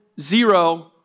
zero